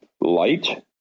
light